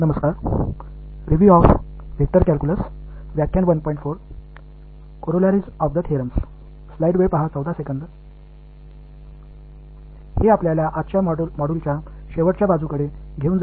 இந்த கோட்பாடுகளின் சில கரோலரிஸ் இன்றைய தொகுதியின் கடைசி அம்சத்தை நோக்கி இது கொண்டு வருகிறது